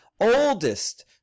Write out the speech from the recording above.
oldest